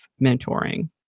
mentoring